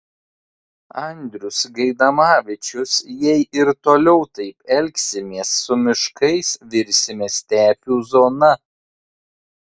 andrius gaidamavičius jei ir toliau taip elgsimės su miškais virsime stepių zona